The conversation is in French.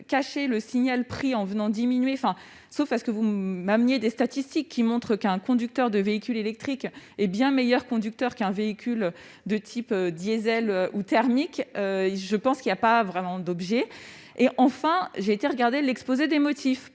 cacher le signal prix en venant diminuer, enfin sauf à ce que vous m'amenez des statistiques qui montrent qu'un conducteur de véhicule électrique et bien meilleur conducteur qu'un véhicule de type diésel ou thermique, je pense qu'il n'y a pas vraiment d'objets et, enfin, j'ai été regarder l'exposé des motifs